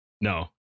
No